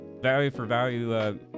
value-for-value